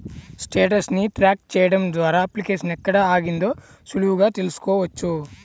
status ని track చెయ్యడం ద్వారా అప్లికేషన్ ఎక్కడ ఆగిందో సులువుగా తెల్సుకోవచ్చు